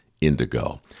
indigo